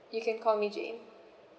you can call me jane